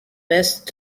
best